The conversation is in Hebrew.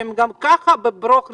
שהם גם בברוך רציני,